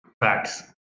Facts